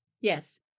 Yes